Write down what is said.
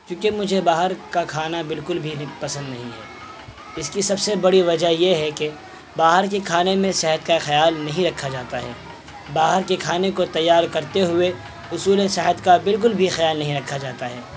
کیوںکہ مجھے باہر کا کھانا بالکل بھی پسند نہیں ہے اس کی سب سے بڑی وجہ یہ ہے کہ باہر کے کھانے میں صحت کا خیال نہیں رکھا جاتا ہے باہر کے کھانے کو تیار کرتے ہوئے اصولاً صحت کا بالکل بھی خیال نہیں رکھا جاتا ہے